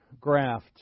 graft